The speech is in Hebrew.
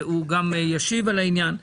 והוא גם ישיב על העניין.